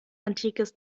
antikes